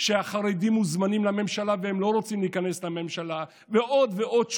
שהחרדים מוזמנים לממשלה והם לא רוצים להיכנס לממשלה ועוד ועוד,